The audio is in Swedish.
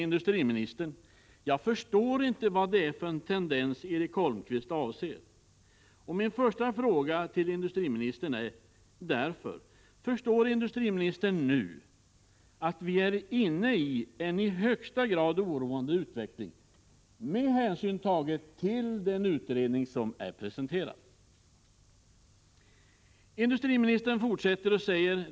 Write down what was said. Industriministern säger i interpellationssvaret att han ”inte förstår vad det är för utvecklingstendens som Erik Holmkvist avser”. Förstår industriministern nu att vi är inne i en i högsta grad oroande utveckling med hänsyn tagen till den utredning som är presenterad?